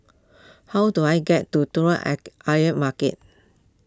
how do I get to Telok Ayer Market